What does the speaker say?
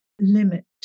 limit